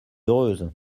heureuse